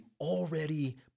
already